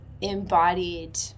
embodied